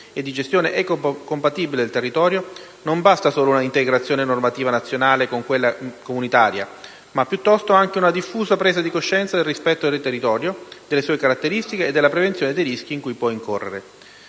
e di gestione eco-compatibile del territorio, non basta solo un'integrazione della normativa nazionale con quella comunitaria, ma occorre anche una diffusa presa di coscienza del rispetto del territorio, delle sue caratteristiche e della prevenzione dei rischi in cui può incorrere.